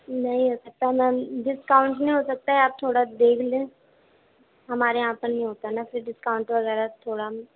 نہیں ہوسکتا ma'am discount نہیں ہوسکتا ہے آپ تھوڑا دیکھ لیں ہمارے یہاں پر نہیں ہوتا نا پھر ڈسکاؤنٹ وغیرہ تھوڑا